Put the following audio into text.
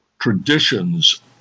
Traditions